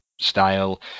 style